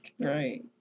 Right